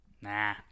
Nah